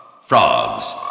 Frogs